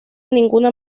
ninguna